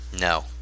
No